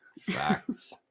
Facts